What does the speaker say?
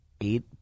eight